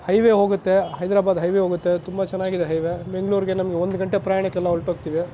highway ಹೋಗುತ್ತೆ Hyderabad highway ಹೋಗುತ್ತೆ ತುಂಬ ಚೆನ್ನಾಗಿದೆ ಹೈವೆ ಬೆಂಗ್ಳೂರಿಗೆ ನಮಗೆ ಒಂದು ಗಂಟೆ ಪ್ರಯಾಣಕ್ಕೆಲ್ಲ ಹೊರಟೋಗ್ತೀವಿ